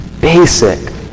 basic